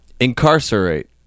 Incarcerate